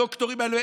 הדוקטורים האלה,